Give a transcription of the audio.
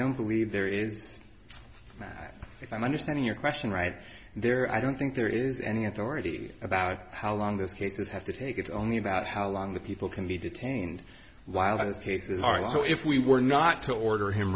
don't believe there is that if i'm understanding your question right there i don't think there is any authority about how long this case it has to take it only about how long the people can be detained while those cases are law if we were not to order him